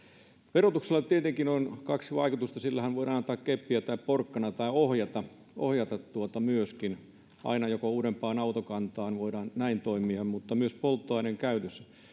verotuksella tietenkin on kaksi vaikutusta sillähän voidaan antaa keppiä tai porkkanaa ohjata ohjata myöskin aina joko uudempaan autokantaan voidaan näin toimia tai ohjata polttoaineiden käytössä